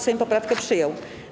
Sejm poprawkę przyjął.